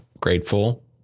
grateful